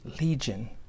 legion